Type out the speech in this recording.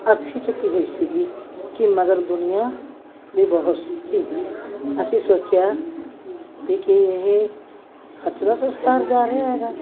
ਅਰਥੀ ਚੁੱਕੀ ਹੋਈ ਸੀਗੀ ਕਿ ਮਗਰ ਦੁਨੀਆ ਵੀ ਬਹੁਤ ਸੀਗੀ ਅਸੀਂ ਸੋਚਿਆ ਵੀ ਕੀ ਇਹ ਸੱਚ ਦਾ ਸੰਸਕਾਰ ਜਾ ਰਿਹਾ ਹੈਗਾ